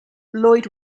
lloyd